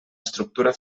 estructura